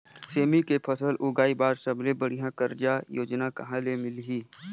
सेमी के फसल उगाई बार सबले बढ़िया कर्जा योजना कहा ले मिलही?